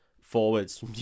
forwards